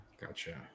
Gotcha